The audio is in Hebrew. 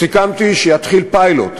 סיכמתי שיתחיל פיילוט,